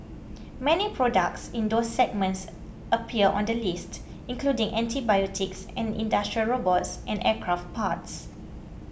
many products in those segments appear on the list including antibiotics and industrial robots and aircraft parts